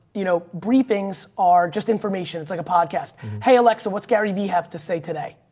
you know, briefings are just information. it's like a podcast. hey alexa, what's gary do you have to say today?